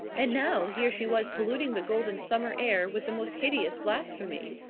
and now here she was polluting the golden summer air with the most hideous blasphemy.